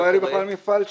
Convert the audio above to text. -- לא היה לי בכלל מפעל שם,